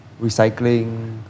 recycling